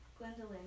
Gwendolyn